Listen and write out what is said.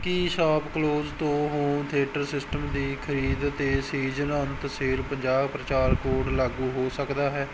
ਕੀ ShopClues ਤੋਂ home theatre system ਦੀ ਖਰੀਦ 'ਤੇ ਸੀਜ਼ਨ ਅੰਤ ਸੇਲ ਪੰਜਾਹ ਪ੍ਰਚਾਰ ਕੋਡ ਲਾਗੂ ਹੋ ਸਕਦਾ ਹੈ